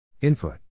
input